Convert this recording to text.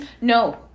No